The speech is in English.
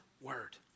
word